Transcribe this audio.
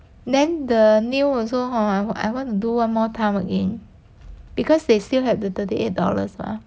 then the new also hor I I want to do a more time again because they still have the thirty eight dollars mah